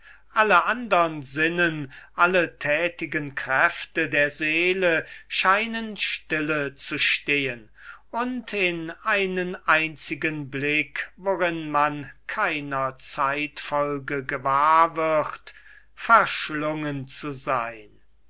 alle andere sinnen alle wirksamen kräfte der seele scheinen stille zu stehen und in einen einzigen blick worin man keiner zeitfolge gewahr wird verschlungen zu sein